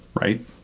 Right